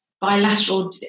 bilateral